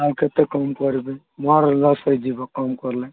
ଆଉ କେତେ କମ୍ କରିବି ମୋର ଲସ୍ ହୋଇଯିବ କମ୍ କଲେ